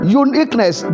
uniqueness